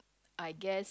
I guess